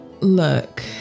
look